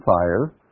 fire